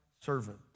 servant